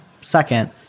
Second